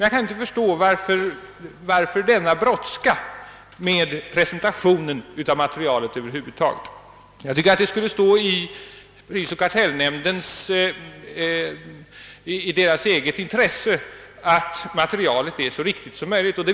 Jag kan inte förstå denna brådska med presentationen av materialet över huvud taget. Jag tycker att det borde vara i prisoch kartellnämndens eget intresse att materialet är så riktigt som möjligt.